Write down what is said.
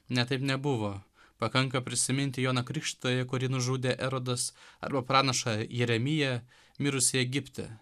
ne taip nebuvo pakanka prisiminti joną krikštytoją kurį nužudė erodas arba pranašą jeremiją mirusį egipte